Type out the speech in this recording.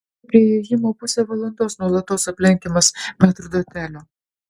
išstovėjau prie įėjimo pusę valandos nuolatos aplenkiamas metrdotelio